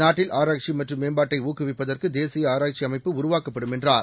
நாட்டில் ஆராய்ச்சிமற்றும் மேம்பாட்டை ஊக்குவிப்பதற்குதேசிய ஆராய்ச்சி அமைப்பு உருவாக்கப்டும் என்றார்